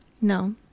No